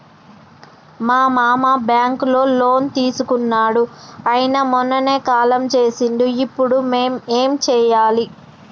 మా మామ బ్యాంక్ లో లోన్ తీసుకున్నడు అయిన మొన్ననే కాలం చేసిండు ఇప్పుడు మేం ఏం చేయాలి?